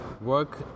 work